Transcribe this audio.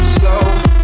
slow